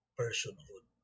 personhood